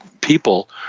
people